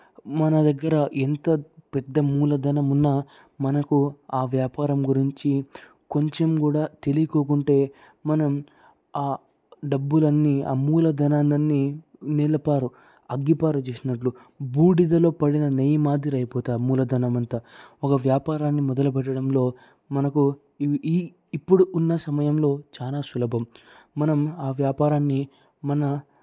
మన దగ్గర ఎంత పెద్ద మూలధనం ఉన్నా మనకు ఆ వ్యాపారం గురించి కొంచెం కూడా తెలియకోకుంటే మనం ఆ డబ్బులన్నీ ఆ మూలధనాన్నన్నీ నేలపాలు అగ్గిపాలు చేసినట్లు బూడిదలో పడిన నెయ్యి మాదిరి అయిపోతుందా మూలధనం అంతా ఒక వ్యాపారాన్ని మొదలపెట్టడంలో మనకు ఈ ఈ ఇప్పుడు ఉన్న సమయంలో చాలా సులభం మనం ఆ వ్యాపారాన్ని మన